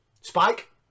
Spike